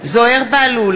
זוהיר בהלול,